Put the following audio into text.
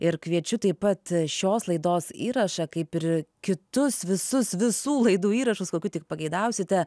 ir kviečiu taip pat šios laidos įrašą kaip ir kitus visus visų laidų įrašus kokių tik pageidausite